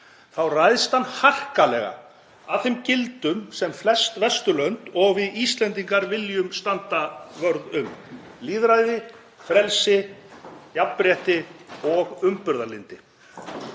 þá ræðst hann harkalega að þeim gildum sem flest Vesturlönd og við Íslendingar viljum standa vörð um; lýðræði, frelsi, jafnrétti og umburðarlyndi.